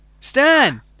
Stan